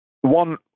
one